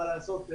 מה לעשות,